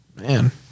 man